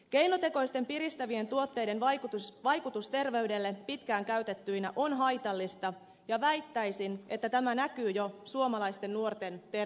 keinotekoisten piristävien tuotteiden vaikutus terveydelle pitkään käytettyinä on haitallista ja väittäisin että tämä näkyy jo suomalaisten nuorten terveydessä